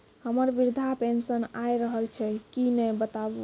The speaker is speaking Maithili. हमर वृद्धा पेंशन आय रहल छै कि नैय बताबू?